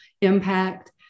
impact